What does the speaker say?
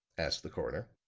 asked the coroner.